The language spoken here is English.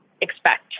expect